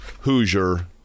Hoosier